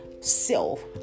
self